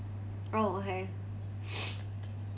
oh okay